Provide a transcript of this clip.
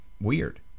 weird